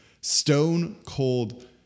stone-cold